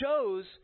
shows